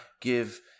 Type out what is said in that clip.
give